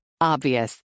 Obvious